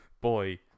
Boy